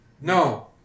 No